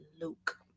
Luke